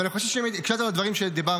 אבל אני חושב שאם הקשבת לדברים שדיברתי,